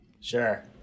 Sure